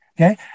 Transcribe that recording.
okay